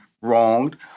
wronged